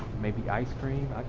maybe ice-cream.